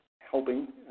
helping